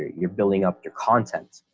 you're building up your content,